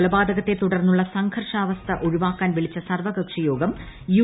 കൊലപാതകത്തെ തുടർന്നുള്ള സംഘർഷാവസ്ഥ ഒഴിവാക്കാൻ വിളിച്ച സർവ്വകക്ഷിയോഗം യു